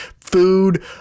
food